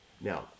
now